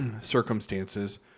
circumstances